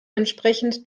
entsprechend